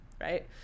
Right